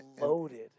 loaded